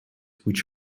which